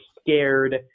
scared